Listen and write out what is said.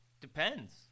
Depends